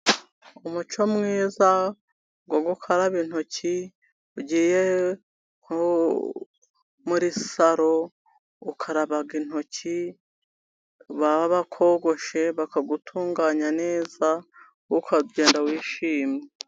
Umuco mwiza wo gukaraba intoki, ugiye nko muri saro ukaraba intoki, baba bakogoshe bakagutunganya neza, ukagenda wishimye.